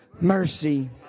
mercy